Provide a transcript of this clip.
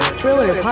Thriller